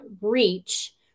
reach